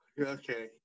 Okay